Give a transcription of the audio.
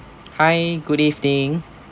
hi good evening